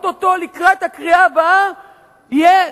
או-טו-טו לקראת הקריאה הבאה יהיה